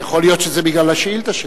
יכול להיות שזה בגלל השאילתא שלך.